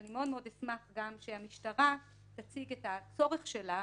אבל אני אשמח מאוד-מאוד שגם המשטרה תציג את הצורך שלה